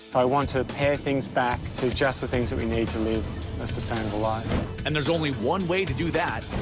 i want to pare things back to just the things that we need to live a sustainable life. narrator and there's only one way to do that